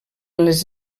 les